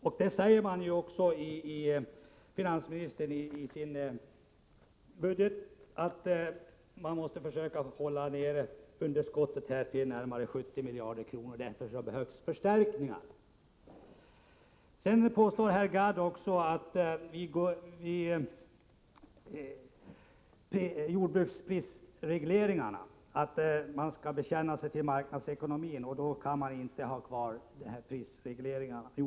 Finansministern säger också i budgeten att vi måste försöka hålla underskottet nere på ca 70 miljarder och att det därför behövs förstärkningar. Herr Gadd påstår att om man skall bekänna sig till marknadsekonomin kan man inte ha kvar jordbruksprisregleringarna.